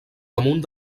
damunt